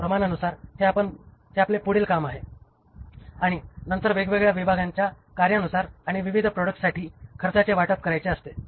प्रमाणानुसार हे आपले पुढील काम आहे आणि नंतर वेगवेगळ्या विभागांच्या कार्यानुसार आणि विविध प्रॉडक्ट्स साठी खर्चाचे वाटप करायचे असते